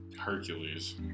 Hercules